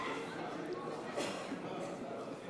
סעיף 36,